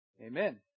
Amen